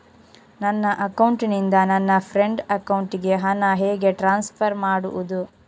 ನನ್ನ ಅಕೌಂಟಿನಿಂದ ನನ್ನ ಫ್ರೆಂಡ್ ಅಕೌಂಟಿಗೆ ಹಣ ಹೇಗೆ ಟ್ರಾನ್ಸ್ಫರ್ ಮಾಡುವುದು?